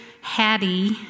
Hattie